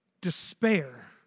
Despair